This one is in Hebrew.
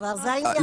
כמה זמן אתם צריכים